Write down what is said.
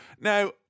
Now